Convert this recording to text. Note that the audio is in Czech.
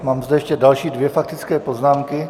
Mám tu ještě další dvě faktické poznámky.